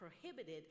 prohibited